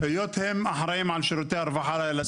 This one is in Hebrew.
הם אחראים על שירותי הרווחה לילדים שלנו.